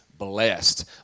blessed